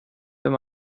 wenn